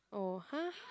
oh !huh!